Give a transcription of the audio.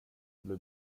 bli